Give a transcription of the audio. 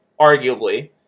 arguably